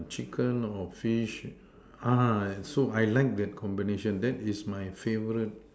chicken or fish so I like that combination that is my favorite